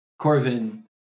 Corvin